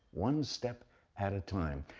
one step at a time,